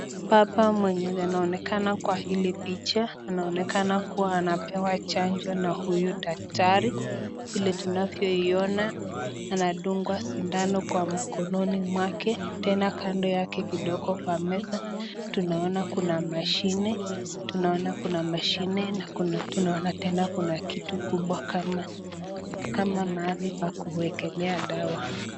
Baba mwenye anaonekana kwa hili picha anaonekana kuwa anapewa chanjo na huyu daktari. Vile tunavyoiona, anadungwa sindano kwa mkononi mwake tena kando yake kidogo kwa meza tunaona kuna mashine na tunaina tena kuna kitu kubwa kama mahali pa kuwekelea dawa.